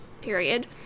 period